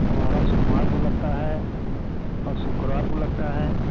हमारा सोमवार को लगता है और शुक्रवार को लगता है